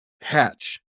hatch